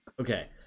Okay